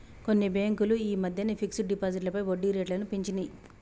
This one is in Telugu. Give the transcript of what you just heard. కొన్ని బ్యేంకులు యీ మద్దెనే ఫిక్స్డ్ డిపాజిట్లపై వడ్డీరేట్లను పెంచినియ్